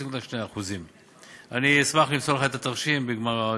0.2%. אשמח למסור לך את התרשים בגמר התשובה.